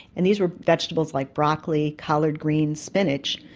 and these were vegetables like broccoli, collards greens, spinach.